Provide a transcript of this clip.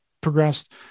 progressed